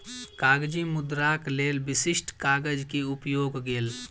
कागजी मुद्राक लेल विशिष्ठ कागज के उपयोग गेल